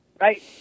right